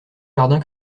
jardin